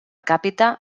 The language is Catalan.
càpita